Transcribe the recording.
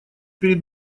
перед